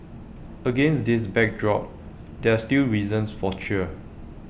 against this backdrop there are still reasons for cheer